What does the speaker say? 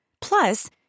Plus